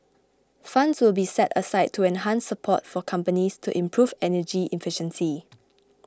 funds will be set aside to enhance support for companies to improve energy efficiency